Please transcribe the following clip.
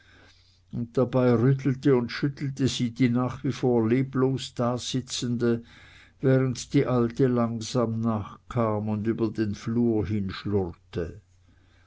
und dabei rüttelte und schüttelte sie die nach wie vor leblos dasitzende während die alte langsam nachkam und über den flur